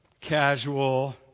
casual